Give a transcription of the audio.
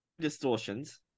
distortions